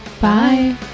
Bye